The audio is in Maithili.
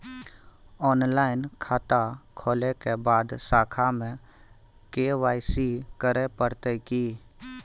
ऑनलाइन खाता खोलै के बाद शाखा में के.वाई.सी करे परतै की?